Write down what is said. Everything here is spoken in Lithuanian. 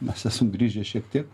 mes esam grįžę šiek tiek